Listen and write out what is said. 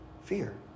Fear